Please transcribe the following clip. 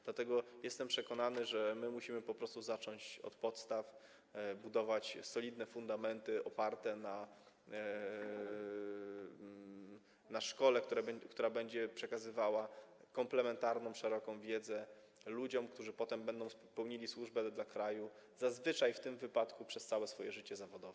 Dlatego jestem przekonany, że musimy po prostu zacząć od podstaw budować solidne fundamenty oparte na szkole, która będzie przekazywała komplementarną, szeroką wiedzę ludziom, którzy będą pełnili służbę dla kraju, zazwyczaj w tym wypadku, przez całe swoje życie zawodowe.